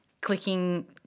clicking